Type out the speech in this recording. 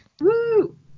Woo